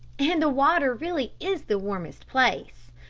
and the water really is the warmest place,